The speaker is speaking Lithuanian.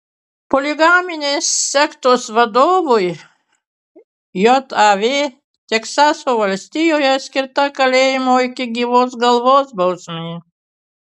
poligaminės sektos vadovui jav teksaso valstijoje skirta kalėjimo iki gyvos galvos bausmė